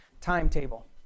timetable